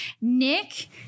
Nick